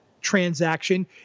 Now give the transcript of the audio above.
transaction